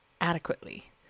adequately